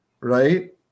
right